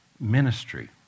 ministry